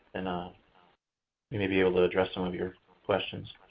and we may be able to address some of your questions.